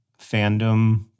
fandom